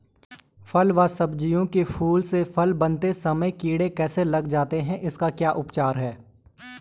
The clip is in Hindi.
फ़ल व सब्जियों के फूल से फल बनते समय कीड़े कैसे लग जाते हैं इसका क्या उपचार है?